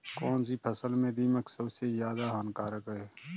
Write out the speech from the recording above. कौनसी फसल में दीमक सबसे ज्यादा हानिकारक है?